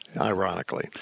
Ironically